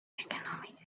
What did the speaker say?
economic